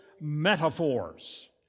metaphors